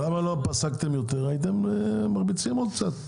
למה לא פסקתם יותר, הייתם מרביצים עוד קצת.